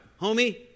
homie